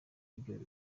ibyo